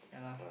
yeah lah